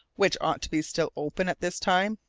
which ought to be still open at this time?